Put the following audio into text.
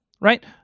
right